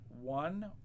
one